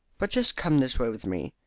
but just come this way with me.